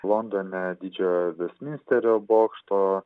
londone didžiojo vestminsterio bokšto